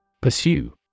Pursue